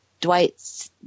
Dwight